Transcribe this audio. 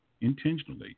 intentionally